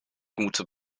gute